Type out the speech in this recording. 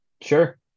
Sure